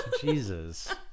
Jesus